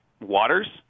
waters